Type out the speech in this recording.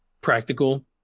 practical